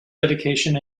dedication